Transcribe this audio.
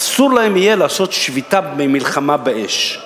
ויהיה אסור להם לעשות שביתה במלחמה באש.